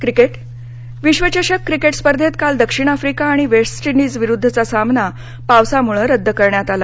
cricket विश्व चषक cricket स्पर्धेत काल दक्षिण आफ्रिका आणि वेस्ट इंडिज विरुद्धचा सामना पावसामुळे रद्द करण्यात आला